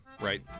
right